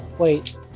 Wait